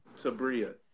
Sabria